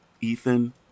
Ethan